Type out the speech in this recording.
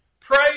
Pray